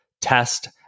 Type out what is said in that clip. test